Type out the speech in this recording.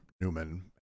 Newman